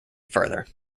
further